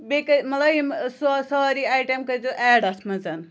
بیٚیہِ کٔر مطلب یِم سا ساری آیٹَم کٔرۍ زیٚو ایڈ اَتھ منٛز